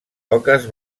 oques